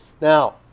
Now